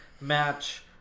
match